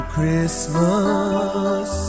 Christmas